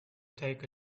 take